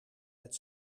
met